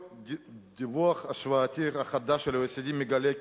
דוח השוואתי חדש של ה-OECD מגלה כי